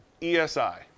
ESI